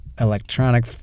electronic